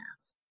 ask